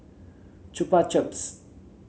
Chupa Chups